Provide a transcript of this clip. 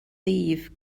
eve